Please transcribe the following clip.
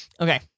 Okay